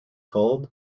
called